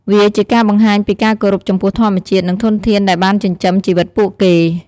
វាជាការបង្ហាញពីការគោរពចំពោះធម្មជាតិ និងធនធានដែលបានចិញ្ចឹមជីវិតពួកគេ។